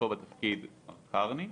מר קרני,